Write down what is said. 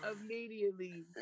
Immediately